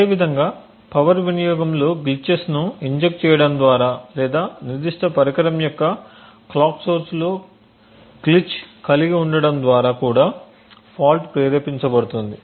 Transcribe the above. అదేవిధంగా పవర్ వినియోగంలో గ్లిచెస్ను ఇంజెక్ట్ చేయడం ద్వారా లేదా నిర్దిష్ట పరికరం యొక్క క్లాక్ సోర్స్లో గ్లిచ్ కలిగి ఉండటం ద్వారా కూడా ఫాల్ట్ ప్రేరేపించబడుతుంది